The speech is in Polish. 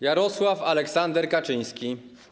Jarosław Aleksander Kaczyński.